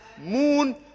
moon